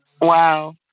Wow